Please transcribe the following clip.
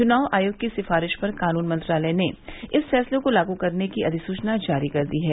चुनाव आयोग की सिफारिश पर कानून मंत्रालय ने इस फैसले को लागू करने की अधिसुवना जारी कर दी है